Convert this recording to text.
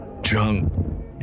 Drunk